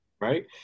right